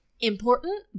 important